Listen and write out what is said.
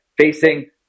facing